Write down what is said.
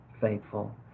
faithful